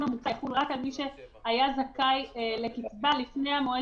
המוצע יחול רק על מי שהיה זכאי לקצבה לפני המועד